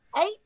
eight